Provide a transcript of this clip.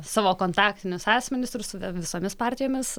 savo kontaktinius asmenis ir su visomis partijomis